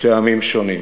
מטעמים שונים.